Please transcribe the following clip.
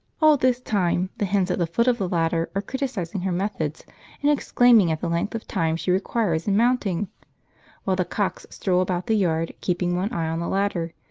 all this time the hens at the foot of the ladder are criticising her methods and exclaiming at the length of time she requires in mounting while the cocks stroll about the yard keeping one eye on the ladder,